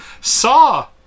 Saw